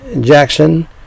Jackson